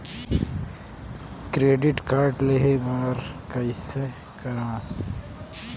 Credit card लेहे बर कइसे करव?